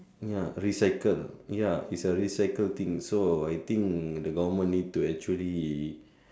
ya recycled ya it is a recycled thing so I think the government need to actually